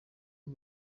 ubu